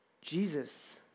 Jesus